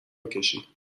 بکشی